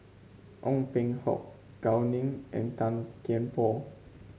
Ong Peng Hock Gao Ning and Tan Kian Por